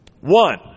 One